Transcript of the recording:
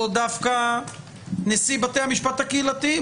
או דווקא נשיא בתי המשפט הקהילתיים,